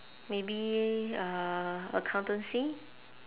maybe uh accountancy